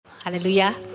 Hallelujah